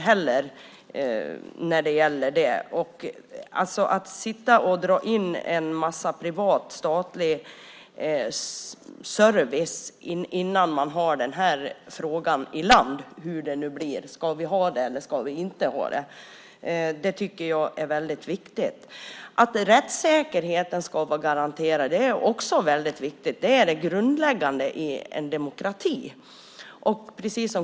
Jag tycker att det är väldigt viktigt att man inte drar in en massa statlig service innan man har besvarat frågan om man ska ha det eller inte. Att rättssäkerheten ska vara garanterad är också väldigt viktigt. Det är det grundläggande i en demokrati.